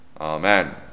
Amen